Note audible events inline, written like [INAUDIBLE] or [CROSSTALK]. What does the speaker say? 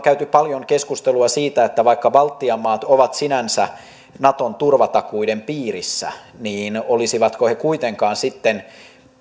[UNINTELLIGIBLE] käyty paljon keskustelua siitä että vaikka baltian maat ovat sinänsä naton turvatakuiden piirissä niin olisivatko ne kuitenkaan sitten